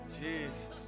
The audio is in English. Jesus